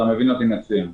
אתה מבין אותי מצוין.